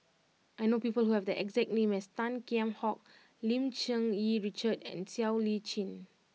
I know people who have the exact name as Tan Kheam Hock Lim Cherng Yih Richard and Siow Lee Chin